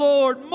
Lord